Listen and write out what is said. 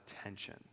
attention